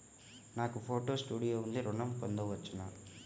నాకు photo studio ఉంది ఋణం పొంద వచ్చునా?